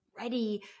ready